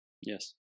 Yes